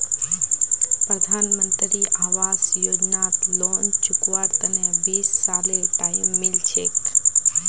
प्रधानमंत्री आवास योजनात लोन चुकव्वार तने बीस सालेर टाइम मिल छेक